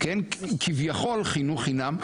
כביכול חינוך חינם,